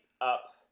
up